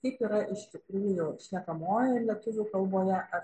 kaip yra iš tikrųjų šnekamojoje lietuvių kalboje ar